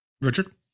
Richard